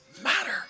matter